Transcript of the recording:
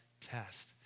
test